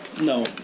No